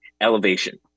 elevation